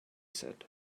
said